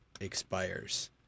expires